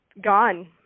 gone